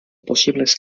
possibles